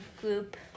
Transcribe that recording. group